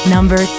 Number